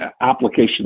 application